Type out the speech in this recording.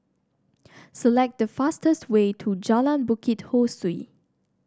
select the fastest way to Jalan Bukit Ho Swee